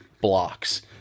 blocks